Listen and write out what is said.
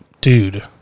Dude